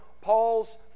Paul's